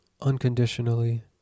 unconditionally